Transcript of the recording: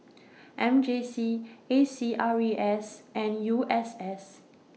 M J C A C R E S and U S S